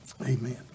amen